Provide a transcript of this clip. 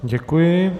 Děkuji.